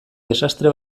desastre